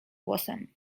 głosem